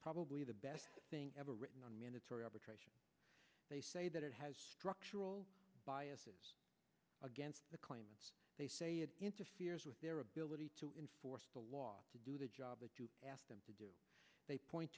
probably the best thing ever written on mandatory arbitration they say that structural biases against the claimants they say it interferes with their ability to enforce the law to do the job it asked them to do they point